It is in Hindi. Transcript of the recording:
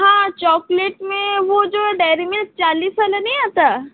हाँ चॉकलेट में वह जो है डेयरी मिल्क चालीस वाला नहीं आता